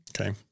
Okay